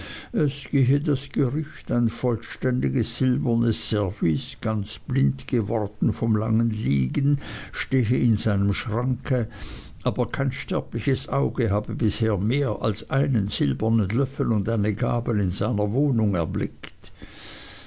das gerücht ein vollständiges silbernes service ganz blind geworden vom langen liegen stehe in seinem schranke aber kein sterbliches auge habe bisher mehr als einen silbernen löffel und eine gabel in seiner wohnung erblickt